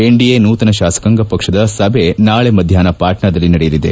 NDA ನೂತನ ಶಾಸಕಾಂಗ ಪಕ್ಷದ ಸಭೆ ನಾಳಿ ಮಧ್ಯಾಹ್ನ ಪಾಟ್ನಾದಲ್ಲಿ ನಡೆಯಲಿದೆ